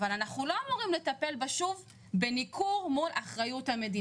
אנחנו לא אמורים לטפל שוב בניכור באחריות המדינה.